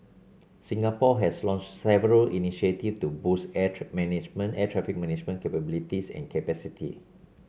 Singapore has launched several initiatives to boost air traffic management air traffic management capabilities and capacity